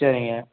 சரிங்க